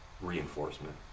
reinforcement